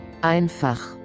Einfach